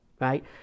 Right